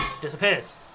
Disappears